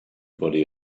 body